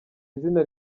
izina